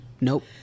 nope